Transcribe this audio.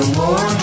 more